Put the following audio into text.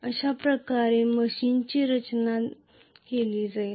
अशाप्रकारे मशीनची रचना केली जाईल